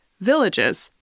villages